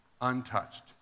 untouched